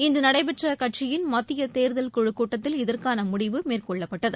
இன்று நடைபெற்ற கட்சியின் மத்திய தேர்தல் குழு கூட்டத்தில் இதற்கான முடிவு மேற்கொள்ளப்பட்டது